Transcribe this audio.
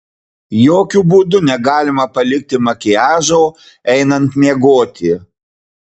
jokiu būdu negalima palikti makiažo einant miegoti